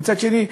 מצד שני,